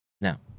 Now